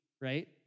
right